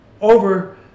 over